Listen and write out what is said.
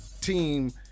team